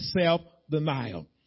self-denial